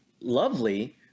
lovely